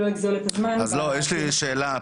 אז יש לי שאלה.